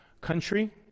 country